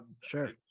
Sure